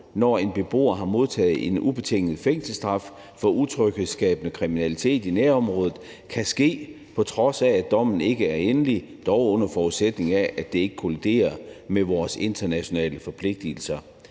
når en beboer har modtaget en ubetinget fængselsstraf for utryghedsskabende kriminalitet i nærområdet, kan ske, på trods af at dommen ikke endelig, dog under forudsætning af at det ikke kolliderer med vores internationale forpligtigelser.